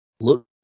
Look